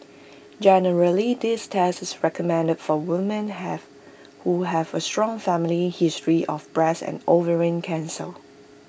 generally this test is recommended for women have who have A strong family history of breast and ovarian cancer